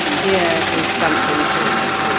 here is something for you.